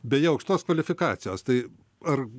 beje aukštos kvalifikacijos tai ar